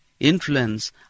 Influence